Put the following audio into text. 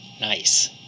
Nice